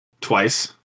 twice